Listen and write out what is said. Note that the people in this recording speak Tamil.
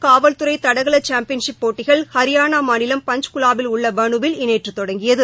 அகில இந்திய காவல்துறை தடகள சாம்பியன்ஷிப் போட்டிகள் ஹரியாளா மாநிலம் பன்க்குவாவில் உள்ள பனுவில் நேற்று தொடங்கியது